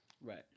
Right